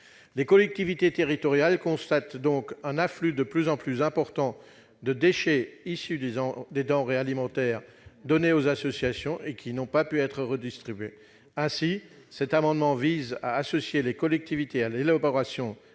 Les collectivités territoriales constatent un afflux de plus en plus important de déchets issus des denrées alimentaires données aux associations n'ayant pas pu être redistribuées. Cet amendement vise donc à associer les collectivités à l'élaboration